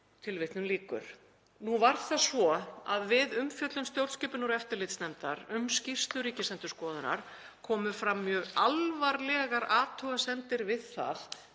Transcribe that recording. ákveður.“ Nú var það svo að við umfjöllun stjórnskipunar- og eftirlitsnefndar um skýrslu Ríkisendurskoðunar komu fram mjög alvarlegar athugasemdir við það,